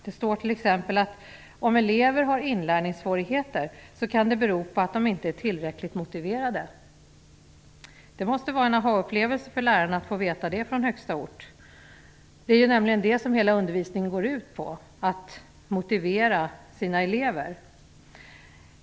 Det står t.ex. att om elever har inlärningssvårigheter kan det bero på att de inte är tillräckligt motiverade. Det måste vara en aha-upplevelse för läraren att få veta det från högsta ort. Hela undervisningen går ju ut på att motivera sina elever.